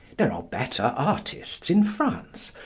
there are better artists in france,